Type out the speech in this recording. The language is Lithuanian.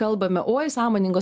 kalbame oi sąmoningas